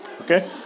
okay